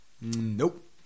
Nope